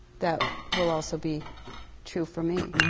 that will also be true for me.